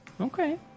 Okay